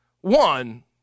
One